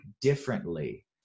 differently